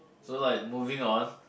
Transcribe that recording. so like moving on